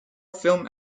film